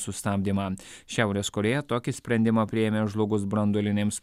sustabdymą šiaurės korėja tokį sprendimą priėmė žlugus branduolinėms